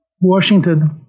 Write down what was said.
Washington